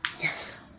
Yes